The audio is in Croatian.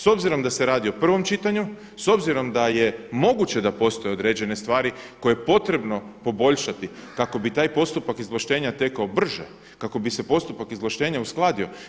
S obzirom da se radi o prvom čitanju, s obzirom da je moguće da postoje određene stvari koje je potrebno poboljšati kako bi taj postupak izvlaštenje tekao brže, kako bi se postupak izvlaštenja uskladio.